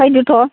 फैदो थ'